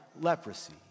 leprosy